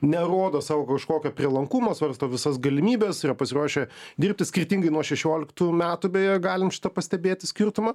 nerodo savo kažkokio prielankumo svarsto visas galimybes yra pasiruošę dirbti skirtingai nuo šešioliktų metų beje galim šitą pastebėti skirtumą